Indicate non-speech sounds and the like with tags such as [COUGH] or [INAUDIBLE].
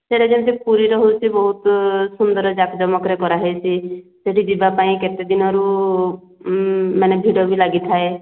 ସେଟା ଯେମିତି ପୁରୀର ହେଉଛି ବହୁତ [UNINTELLIGIBLE] ଜାକଜମକରେ କରାହୋଇଛି ସେଠି ଯିବାପାଇଁ କେତେ ଦିନରୁ ଭିଡ଼ ବି ଲାଗିଥାଏ